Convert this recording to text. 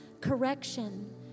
correction